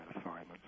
assignments